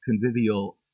convivial